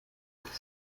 into